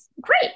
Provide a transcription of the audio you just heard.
great